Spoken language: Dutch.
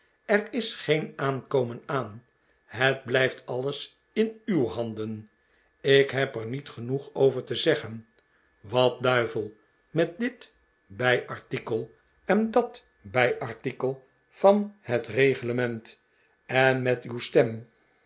er is geen aankomen aan het blij ft alles in uw handen ik heb er niet genoeg over te zeggen wat duivel met dit bijartikel en dat bij artikel van het reglement en met uw stem